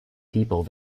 peoples